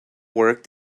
worked